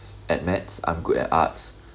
at maths I'm good at arts